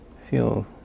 feel